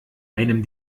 einem